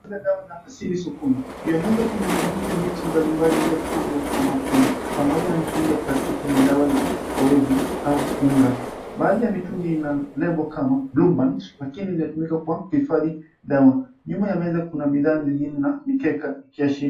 Dawa za asili sokoni. Juu ya meza kuna mizizi ya miti mbalimbali iliyopangwa kwa makundi pamoja na mitungi ya plastiki yenye dawa za kipowevu au unga, baadhi ya mitungi ina lebo kama Blueband lakini inatumikwa kwa kuhifadhi dawa. Nyuma ya meza kuna bidhaa zingine na mikeka ikiashiria.